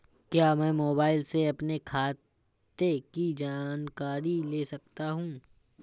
क्या मैं मोबाइल से अपने खाते की जानकारी ले सकता हूँ?